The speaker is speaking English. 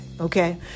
Okay